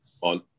on